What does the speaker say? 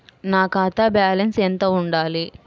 నా ఖాతా బ్యాలెన్స్ ఎంత ఉండాలి?